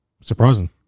surprising